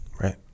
Right